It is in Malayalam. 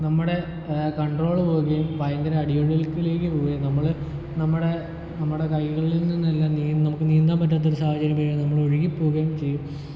നമ്മുടെ കണ്ട്രോള് പോവുകയും ഭയങ്കര അടിയൊഴുക്കിലേക്ക് പോവുകയും നമ്മൾ നമ്മുടെ നമ്മുടെ കൈകളിൽ നിന്നെല്ലാം നമുക്ക് നീന്താൻ പറ്റാത്ത ഒരു സാഹചര്യം വരികയും നമ്മൾ ഒഴുകി പോവുകയും ചെയ്യും